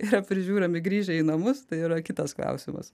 yra prižiūrimi grįžę į namus tai yra kitas klausimas